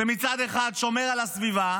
מצד אחד שומרים על הסביבה,